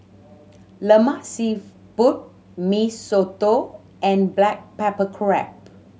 Lemak Siput Mee Soto and black pepper crab